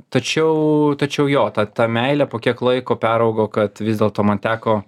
tačiau tačiau jo ta ta meilė po kiek laiko peraugo kad vis dėlto man teko